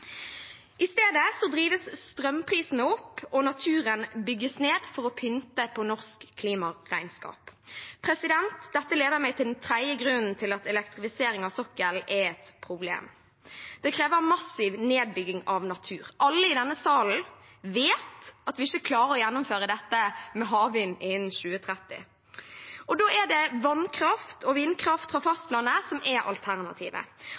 I stedet drives strømprisene opp, og naturen bygges ned for å pynte på norsk klimaregnskap. Dette leder meg til den tredje grunnen til at elektrifisering av sokkelen er et problem. Det krever massiv nedbygging av natur. Alle i denne salen vet at vi ikke klarer å gjennomføre dette med havvind innen 2030. Da er det vannkraft og vindkraft fra fastlandet som er alternativet,